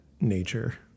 nature